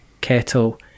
kettle